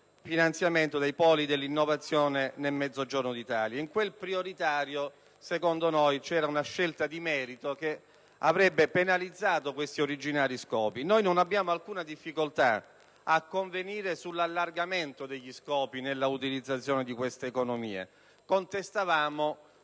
finanziamento dei poli dell'innovazione nel Mezzogiorno d'Italia. Nel termine prioritario, a nostro avviso, c'era una scelta di merito che avrebbe penalizzato questi originari scopi. Non abbiamo alcuna difficoltà a convenire sull'allargamento degli scopi nell'utilizzazione di queste economie, ma contestavamo